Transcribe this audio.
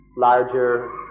larger